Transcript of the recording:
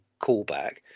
callback